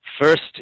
First